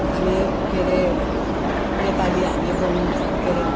हामी के अरे नेपाली हामी बोल्नु आउँ के अरे